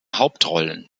hauptrollen